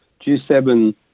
G7